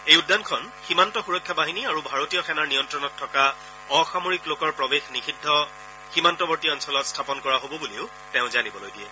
এই উদ্যানখন সীমান্ত সুৰক্ষা বাহিনী আৰু ভাৰতীয় সেনাৰ নিয়ন্তণত থকা অসামৰিক লোকৰ প্ৰৱেশ নিযিদ্ধ সীমান্তৱৰ্তী অঞ্চলত স্থাপন কৰা হ'ব বুলিও তেওঁ জানিবলৈ দিয়ে